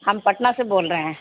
ہم پٹنہ سے بول رہے ہیں